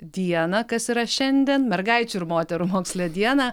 dieną kas yra šiandien mergaičių ir moterų moksle dieną